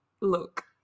look